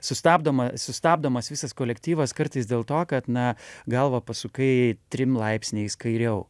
sustabdoma sustabdomas visas kolektyvas kartais dėl to kad na galvą pasukai trim laipsniais kairiau